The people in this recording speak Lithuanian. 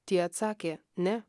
tie atsakė ne